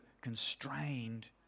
constrained